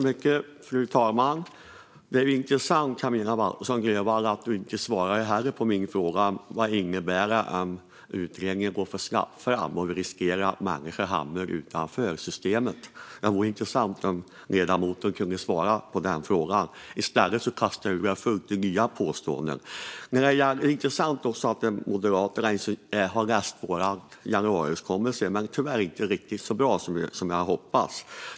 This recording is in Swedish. Fru talman! Det är intressant att Camilla Waltersson Grönvall inte svarar på min fråga vad det innebär om utredningen går för snabbt fram och vi riskerar att människor hamnar utanför systemet. Det vore intressant om ledamoten kunde svara på den frågan i stället för att kasta ur sig fullt av nya påståenden. Det är intressant också att Moderaterna har läst vår januariöverenskommelse, men tyvärr inte riktigt så bra som jag hade hoppats.